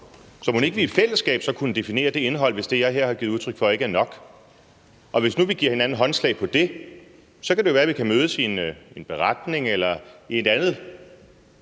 så mon ikke vi i fællesskab så kunne definere det indhold, hvis det, jeg her har givet udtryk for, ikke er nok. Og hvis nu vi giver hinanden håndslag på det, så kan det jo være, vi kan mødes om det i en beretning eller et via andet